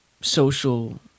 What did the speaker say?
social